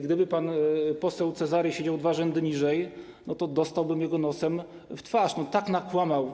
Gdyby pan poseł Cezary siedział dwa rzędy niżej, to dostałbym jego nosem w twarz, tak nakłamał.